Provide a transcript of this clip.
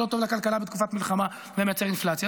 שלא טוב לכלכלה בתקופת מלחמה ומייצר אינפלציה.